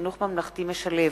(חינוך ממלכתי משלב),